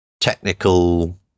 technical